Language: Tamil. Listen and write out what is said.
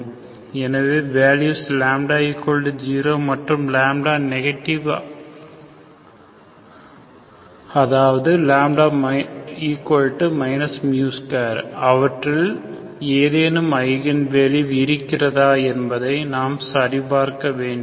என வேல்யூ λ 0 மற்றும் λ நெகட்டிவ் அதாவது μ2 அவற்றில் ஏதேனும் ஐகன் வேல்யூஸ் இருக்கிறதா என்பதை நாம் சரிபார்க்க வேண்டும்